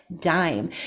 dime